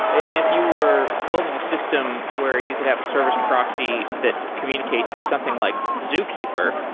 and if you were building a system where you can have a service proxy that communicates with something like zookeeper,